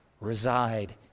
reside